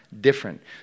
different